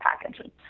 packages